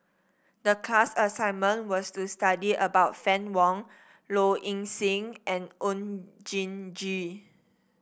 the class assignment was to study about Fann Wong Low Ing Sing and Oon Jin Gee